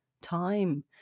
time